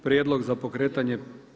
Prijedlog za pokretanje